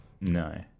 No